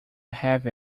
have